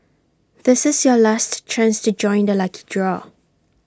this is your last chance to join the lucky draw